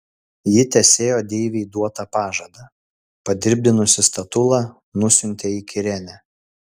ji tesėjo deivei duotą pažadą padirbdinusi statulą nusiuntė į kirėnę